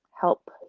help